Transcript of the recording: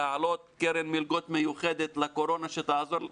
להעלות קרן מלגות מיוחדת לקורונה שתעזור,